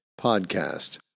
podcast